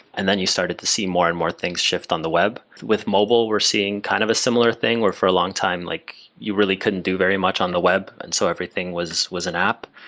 and then you started to see more and more things shift on the web. with mobile, we're seeing kind of a similar thing where for a long time like you really couldn't do very much on the web, and so everything was was an app.